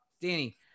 Danny